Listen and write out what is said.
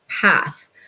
path